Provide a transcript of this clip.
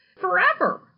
forever